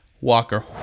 Walker